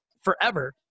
forever